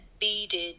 beaded